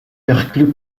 perclus